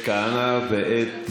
כהנא ואת